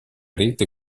rete